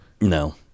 no